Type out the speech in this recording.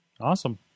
Awesome